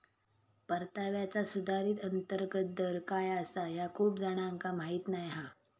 परताव्याचा सुधारित अंतर्गत दर काय आसा ह्या खूप जणांका माहीत नाय हा